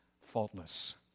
faultless